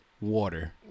water